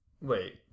Wait